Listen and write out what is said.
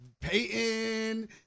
Peyton